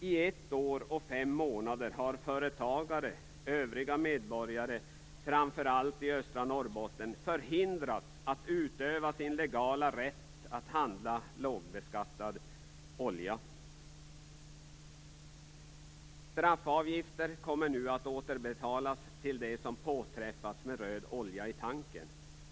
I ett år och fem månader har företagare och övriga medborgare i framför allt östra Norrbotten förhindrats att utöva sin legala rätt att handla lågbeskattad olja. Straffavgifter kommer nu att återbetalas till dem som påträffats med röd olja i tanken.